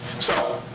so.